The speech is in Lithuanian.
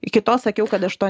iki to sakiau kad aš to